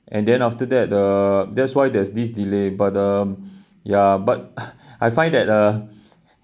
and then after that the that's why there's this delay but um ya but I find that uh